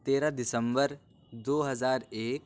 تیرہ دسمبر دو ہزار ایک